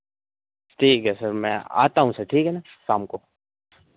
ठीक है सर मैं आता हूँ सर ठीक है ना शाम को